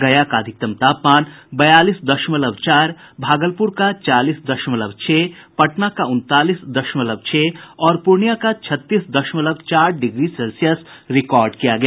गया का अधिकतम तापमान बयालीस दशमलव चार भागलपुर का चालीस दशमलव छह पटना का उनतालीस दशमलव छह और पूर्णिया का छत्तीस दशमलव चार डिग्री सेल्सियस रिकार्ड किया गया